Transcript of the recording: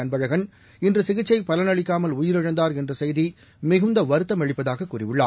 அன்பழகன் இன்றுசிகிச்சைபலனளிக்காமல் உயிரிழந்தார் என்றசெய்திமிகுந்தவருத்தம் அளிப்பதாககூறியுள்ளார்